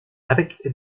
avec